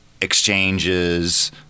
exchanges